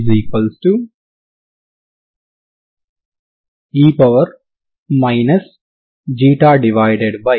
Fe 3 గా ఉంది